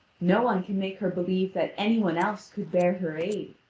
no one can make her believe that any one else could bear her aid.